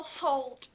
household